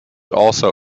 also